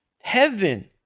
Heaven